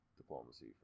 Diplomacy